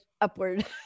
upward